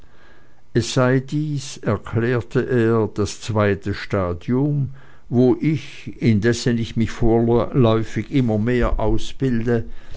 es sei dies erklärte er das zweite stadium wo ich indessen ich mich vorläufig immer mehr ausbilde